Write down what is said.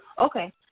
Okay